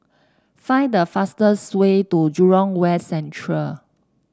find the fastest way to Jurong West Central